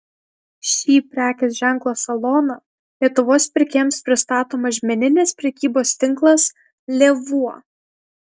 šį prekės ženklo saloną lietuvos pirkėjams pristato mažmeninės prekybos tinklas lėvuo